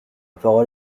parole